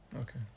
Okay